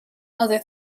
other